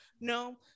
no